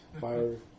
Fire